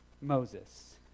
Moses